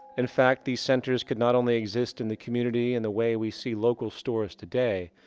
in fact, these centers could not only exist in the community in the way we see local stores today,